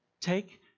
Take